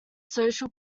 social